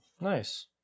nice